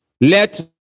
let